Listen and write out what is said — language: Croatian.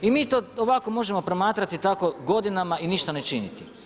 I mi to ovako možemo promatrati tako godinama i ništa ne činiti.